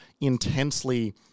intensely